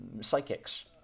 psychics